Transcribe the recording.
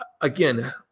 again